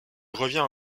revient